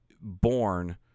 born